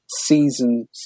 season's